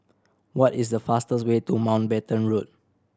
what is the fastest way to Mountbatten Road